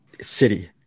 city